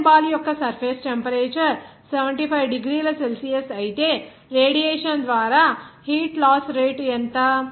iron ball యొక్క surface temperature 75 డిగ్రీల Celsius అయితే రేడియేషన్ ద్వారా హీట్ లాస్ రేటు ఎంత